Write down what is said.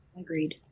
Agreed